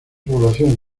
población